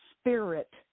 spirit